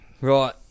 right